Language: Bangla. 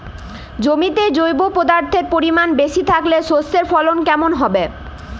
জমিতে জৈব পদার্থের পরিমাণ বেশি থাকলে শস্যর ফলন কেমন হবে?